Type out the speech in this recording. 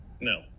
no